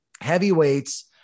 heavyweights